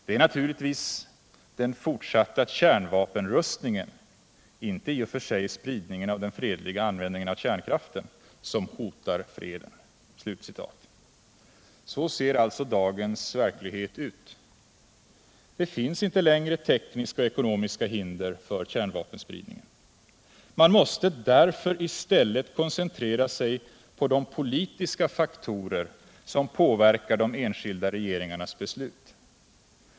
Det är naturligtvis den fortsatta kärnvapenkapprustningen — inte i sig själv spridningen av den fredliga användningen av kärnkraften — som hotar freden.” Så ser alltså dagens verklighet ut. Det finns inte längre tekniska och ekonomiska hinder för kärnvapenspridningen. Man måste därför i stället koncentrera sig på de politiska faktorer som påverkar de enskilda regeringarnas beslut.